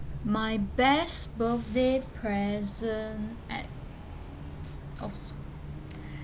my best birthday present at oh so~